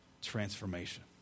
transformation